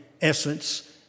essence